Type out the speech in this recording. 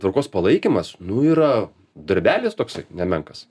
tvarkos palaikymas nu yra darbelis toksai nemenkas